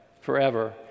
forever